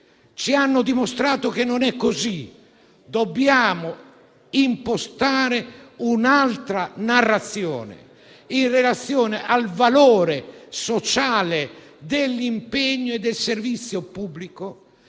Ci hanno dimostrato che non è così. Dobbiamo impostare un'altra narrazione in relazione al valore sociale dell'impegno e del servizio pubblico